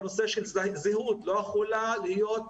לא יכולה לדאוג לנושא של זהות,